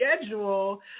schedule